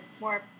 more